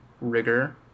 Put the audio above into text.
rigor